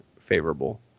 favorable